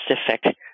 specific